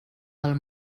del